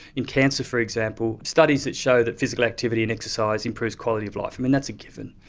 in cancer, for example, studies that show that physical activity and exercise improves quality of life, and that's a given.